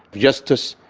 justice,